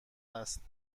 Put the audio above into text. است